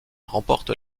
remporte